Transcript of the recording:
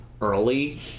early